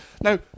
Now